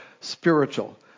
spiritual